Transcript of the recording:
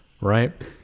right